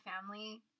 family